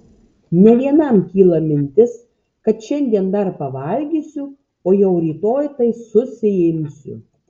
ne vienam kyla mintis kad šiandien dar pavalgysiu o jau rytoj tai susiimsiu